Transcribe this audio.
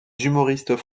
humoristes